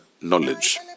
knowledge